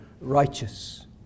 righteous